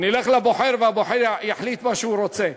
נלך לבוחר, והבוחר יחליט מה שהוא רוצה.